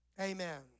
Amen